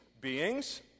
beings